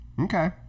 Okay